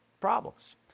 problems